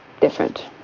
different